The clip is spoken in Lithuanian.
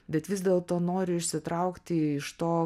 bet vis dėlto noriu išsitraukti iš to